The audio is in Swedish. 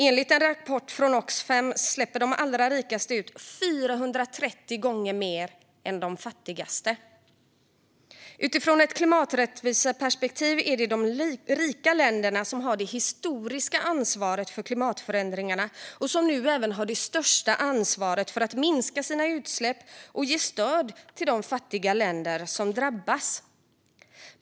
Enligt en rapport från Oxfam släpper de allra rikaste ut 430 gånger mer än de fattigaste. Utifrån ett klimaträttviseperspektiv är det de rika länderna som har det historiska ansvaret för klimatförändringarna och som nu även har det största ansvaret för att minska sina utsläpp och ge stöd till de fattiga länder som drabbas.